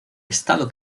estado